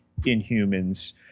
inhumans